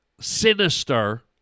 sinister